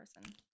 person